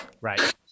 Right